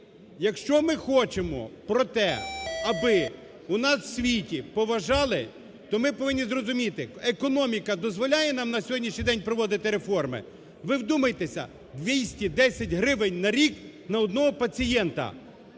якщо ми хочемо про те, аби нас у світі поважали, то ми повинні зрозуміти, економіка дозволяє нам на сьогоднішній день проводити реформи? Ви вдумайтеся: 210 гривень на рік на одного пацієнта.